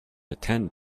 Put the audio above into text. attend